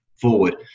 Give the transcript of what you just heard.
forward